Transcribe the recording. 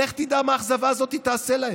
לך תדע מה האכזבה הזאת תעשה להם,